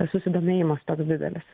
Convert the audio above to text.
susidomėjimas toks didelis